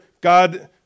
God